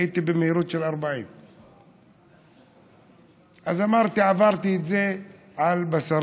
הייתי במהירות של 40. אז אמרתי: עברתי את זה על בשרי,